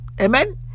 Amen